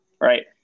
right